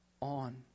on